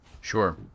Sure